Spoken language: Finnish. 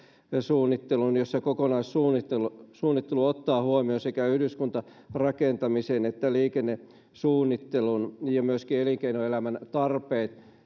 suunnitteluun jossa kokonaissuunnittelu ottaa huomioon sekä yhdyskuntarakentamisen että liikennesuunnittelun ja myöskin elinkeinoelämän tarpeet